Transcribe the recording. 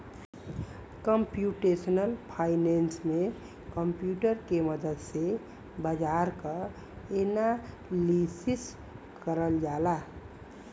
computational finance में computer के मदद से बाजार क एनालिसिस करल जाला